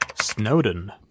Snowden